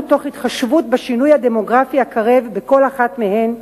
תוך התחשבות בשינוי הדמוגרפי הקרב בכל אחת מהן,